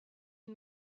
une